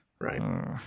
right